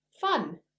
fun